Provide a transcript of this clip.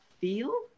feel